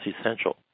essential